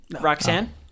Roxanne